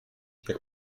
jak